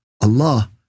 Allah